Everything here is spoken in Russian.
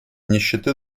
нищеты